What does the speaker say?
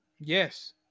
Yes